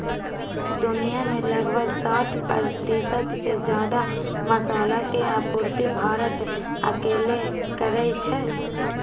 दुनिया में लगभग साठ परतिशत से जादा मसाला के आपूर्ति भारत अकेले करई छई